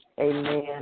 Amen